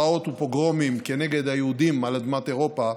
פרעות ופוגרומים כנגד היהודים על אדמת אירופה,